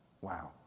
wow